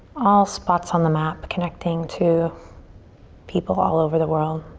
all spots on the map connecting to people all over the world.